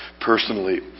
personally